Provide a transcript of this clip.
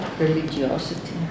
Religiosity